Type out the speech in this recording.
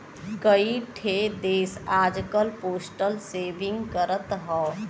कई ठे देस आजकल पोस्टल सेविंग करत हौ